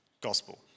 gospel